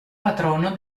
patrono